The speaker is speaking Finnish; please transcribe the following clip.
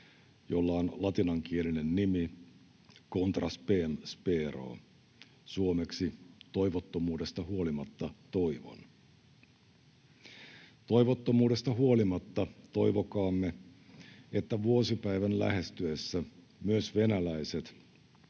jolla on latinankielinen nimi ”Contra spem spero!”, suomeksi ”Toivottomuudesta huolimatta toivon”. Toivottomuudesta huolimatta toivokaamme, että vuosipäivän lähestyessä myös venäläiset